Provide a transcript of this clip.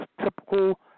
typical